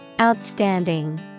Outstanding